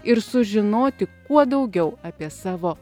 ir sužinoti kuo daugiau apie savo